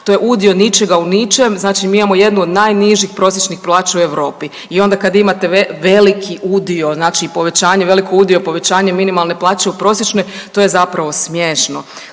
To je udio ničega u ničem. Znači mi imamo jednu od najnižih prosječnih plaća u Europi. I onda kad imate veliki udio, znači i povećanje veliki udio, povećanje minimalne plaće u prosječnoj to je zapravo smiješno.